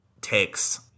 takes